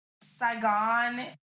Saigon